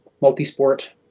multi-sport